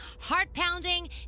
heart-pounding